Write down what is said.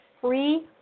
free